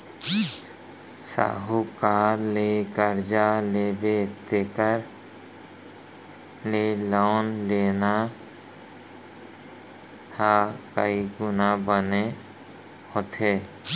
साहूकार ले करजा लेबे तेखर ले लोन लेना ह कइ गुना बने होथे